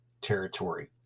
territory